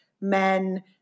men